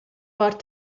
war